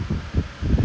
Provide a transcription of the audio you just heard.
as in like it's like